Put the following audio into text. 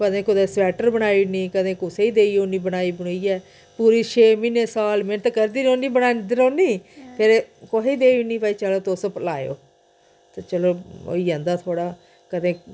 कदें कुदै स्वैटर बनाई ओड़नी कदें कुसै ई देई ओड़नी बनाई बनुइयै पूरे छे म्हीने साल मैह्नत करदी रौह्नी बनांदी रौह्नी फेर कुसै ई देई ओड़नी भई चलो तुस लाएओ ते चलो होई जंदा थोहड़ा कदें